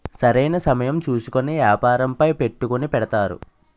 సరైన సమయం చూసుకొని వ్యాపారంపై పెట్టుకుని పెడతారు